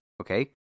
Okay